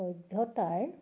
সভ্যতাৰ